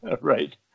Right